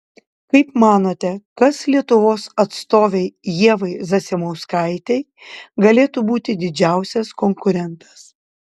kaip manote kas lietuvos atstovei ievai zasimauskaitei galėtų būti didžiausias konkurentas